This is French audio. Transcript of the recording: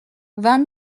vingt